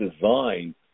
design